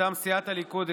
מטעם סיעת הליכוד,